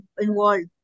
involved